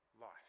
life